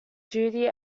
duty